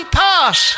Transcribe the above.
pass